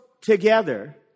together